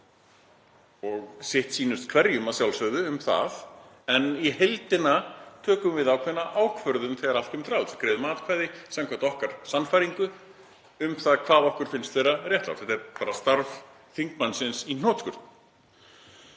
og sitt sýnist hverjum að sjálfsögðu um það. En í heildina tökum við ákveðna ákvörðun þegar allt kemur til alls, greiðum atkvæði samkvæmt okkar sannfæringu um það hvað okkur finnst vera réttlátt. Þetta er bara starf þingmannsins í hnotskurn.